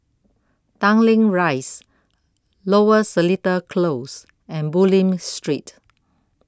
Tanglin Rise Lower Seletar Close and Bulim Street